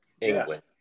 England